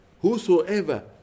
Whosoever